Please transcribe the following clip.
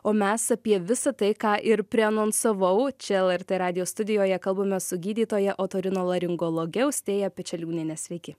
o mes apie visa tai ką ir prianonsavau čia lrt radijo studijoje kalbamės su gydytoja otorinolaringologe austėja pečeliūniene sveiki